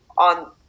on